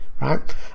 right